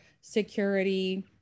security